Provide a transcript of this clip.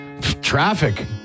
Traffic